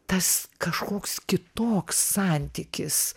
tas kažkoks kitoks santykis